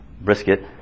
brisket